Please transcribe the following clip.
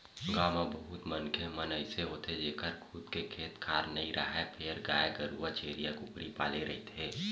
गाँव म बहुत मनखे मन अइसे होथे जेखर खुद के खेत खार नइ राहय फेर गाय गरूवा छेरीया, कुकरी पाले रहिथे